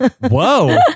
Whoa